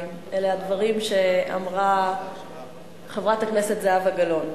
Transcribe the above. הוא הדברים שאמרה חברת הכנסת גלאון.